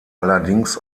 allerdings